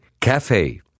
CAFE